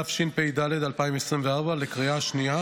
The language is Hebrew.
התשפ"ד 2024, לקריאה השנייה